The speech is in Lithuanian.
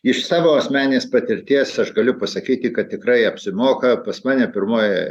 iš savo asmeninės patirties aš galiu pasakyti kad tikrai apsimoka pas mane pirmoji